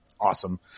awesome